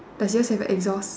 does yours have a exhaust